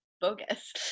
bogus